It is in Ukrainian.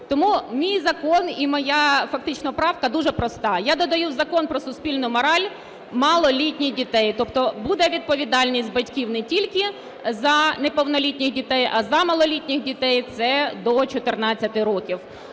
Тому мій закон і моя фактично правка дуже проста: я додаю в Закон про суспільну мораль малолітніх дітей, тобто буде відповідальність батьків не тільки за неповнолітніх дітей, а за малолітніх дітей (це до 14 років).